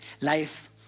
Life